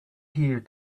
here